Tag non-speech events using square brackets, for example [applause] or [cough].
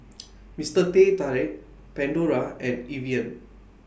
[noise] Mister Teh Tarik Pandora and Evian